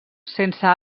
sense